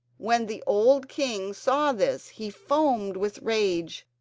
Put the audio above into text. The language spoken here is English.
when the old king saw this he foamed with rage,